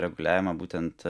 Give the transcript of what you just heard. reguliavimą būtent